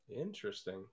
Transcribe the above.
Interesting